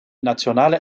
nationale